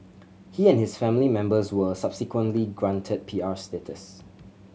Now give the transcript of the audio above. he and his family members were subsequently granted P R status